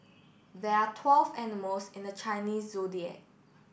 there are twelve animals in the Chinese Zodiac